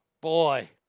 boy